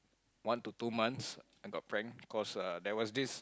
one to two months I got pranked cause uh there was this